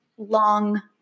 long